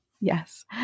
Yes